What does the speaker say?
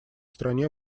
стране